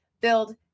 build